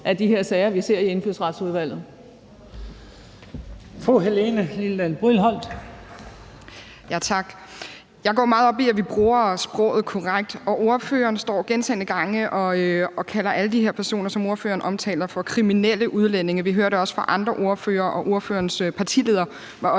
Fru Helene Liliendahl Brydensholt. Kl. 10:36 Helene Liliendahl Brydensholt (ALT): Tak. Jeg går meget op i, at vi bruger sproget korrekt, og ordføreren står gentagne gange og kalder alle de her personer, som ordføreren omtaler, for kriminelle udlændinge. Vi hører det også fra andre ordførere, og ordførerens partileder var også